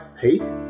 Pete